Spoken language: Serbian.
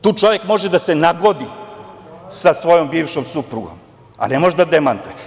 Tu čovek može da se nagodi sa svojom bivšom suprugom, a ne može da demantuje.